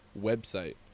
website